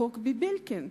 חוק ביבלקין.